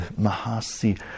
Mahasi